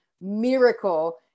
miracle